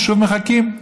שוב מחכים.